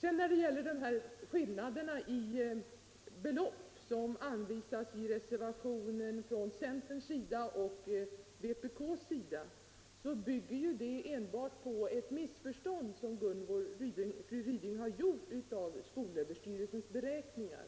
Vad sedan gäller skillnaden i de belopp som anges i centerreservationen och vpk-reservationen så bygger den uteslutande på ett misstag av fru Ryding om skolöverstyrelsens beräkningar.